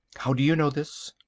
how do you know this?